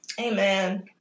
Amen